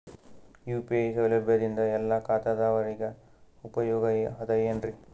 UPI ಸೌಲಭ್ಯದಿಂದ ಎಲ್ಲಾ ಖಾತಾದಾವರಿಗ ಉಪಯೋಗ ಅದ ಏನ್ರಿ?